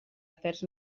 afers